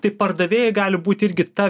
tai pardavėjai gali būti irgi ta